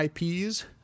ips